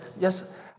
yes